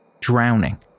drowning